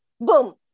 boom